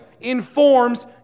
informs